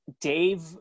Dave